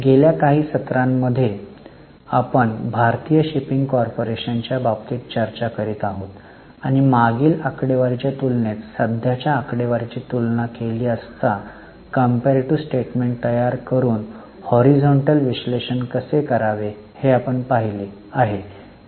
गेल्या काही सत्रामध्ये आपण भारतीय शिपिंग कॉर्पोरेशनच्या बाबतीत चर्चा करीत आहोत आणि मागील आकडेवारीच्या तुलनेत सध्याच्या आकडेवारीची तुलना केली असता कंपेरीटीव्ह स्टेटमेंट तयार करून हॉरिझॉन्टल विश्लेषण कसे करावे हे आपण पाहिले आहे